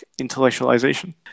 intellectualization